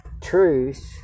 truth